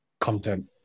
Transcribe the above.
Content